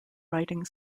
writing